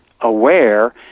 aware